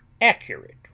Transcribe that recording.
ACCURATE